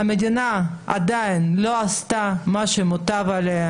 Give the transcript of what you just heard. המדינה עדיין לא עשתה את המוטל עליה.